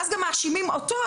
ואז גם מאשימים אותו,